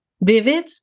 vivid